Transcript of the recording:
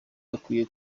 bakwiye